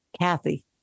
Kathy